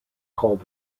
called